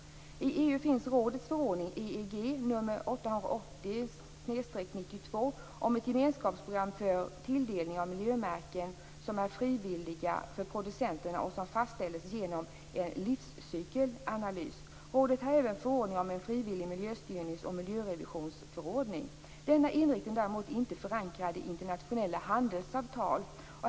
I EU finns rådets förordning nr 880/92 om ett gemenskapsprogram för tilldelning av miljömärken som är frivilliga för producenterna och som fastställs genom en livscykelanalys. Rådet har även en förordning om en frivillig miljöstyrningsoch miljörevisionsförordning. Denna inriktning är däremot inte förankrad i internationella handelsavtal.